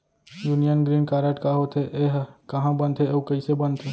Union green card का होथे, एहा कहाँ बनथे अऊ कइसे बनथे?